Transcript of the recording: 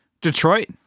Detroit